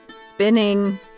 spinning